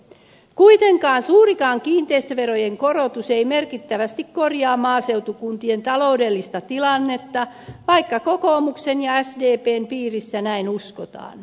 kuitenkaan suurikaan kiinteistöverojen korotus ei merkittävästi korjaa maaseutukuntien taloudellista tilannetta vaikka kokoomuksen ja sdpn piirissä näin uskotaan